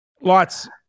lots